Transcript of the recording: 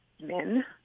men